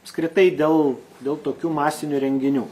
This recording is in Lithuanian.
apskritai dėl dėl tokių masinių renginių